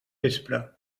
vespre